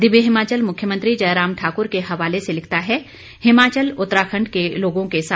दिव्य हिमाचल मुख्यमंत्री जयराम ठाकुर के हवाले से लिखता है हिमाचल उत्तराखंड के लोगों के साथ